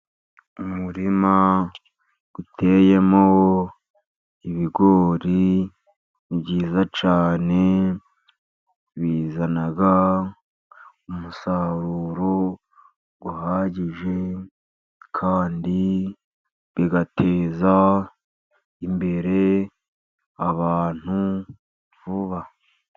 Umurima utemo ibigori ni byiza cyane, bizana umusaruro uhagije kandi bigateza imbere abantu vuba.